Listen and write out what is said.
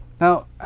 Now